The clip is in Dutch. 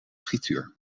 frituur